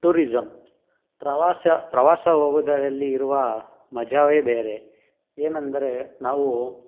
tourism ಪ್ರವಾಸ ಪ್ರವಾಸ ಹೋಗೋದರಲ್ಲಿ ಇರುವ ಮಜವೇ ಬೇರೆ ಏನಂದರೆ ನಾವು